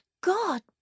God